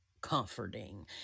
comforting